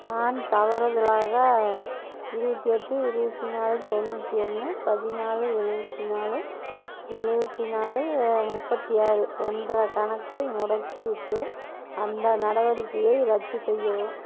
நான் தவறுதலாக இருபத்தி எட்டு இருபத்தி நாலு தொண்ணூற்றி ஒன்று பதினாலு எழுபத்தி நாலு எழுபத்தி நாலு முப்பத்து ஆறு என்ற கணக்கை முடக்கிவிட்டேன் அந்த நடவடிக்கையை ரத்து செய்யவும்